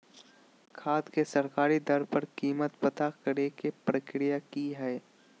खाद के सरकारी दर पर कीमत पता करे के प्रक्रिया की हय?